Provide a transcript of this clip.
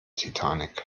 titanic